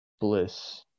bliss